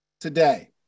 today